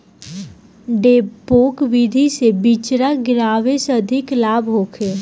डेपोक विधि से बिचरा गिरावे से अधिक लाभ होखे?